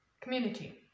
community